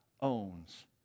owns